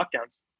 lockdowns